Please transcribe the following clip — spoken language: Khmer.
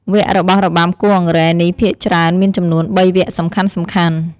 វគ្គរបស់របាំគោះអង្រែនេះភាគច្រើនមានចំនួន ៣ វគ្គសំខាន់ៗ។